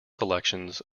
selections